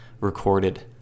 recorded